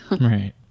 Right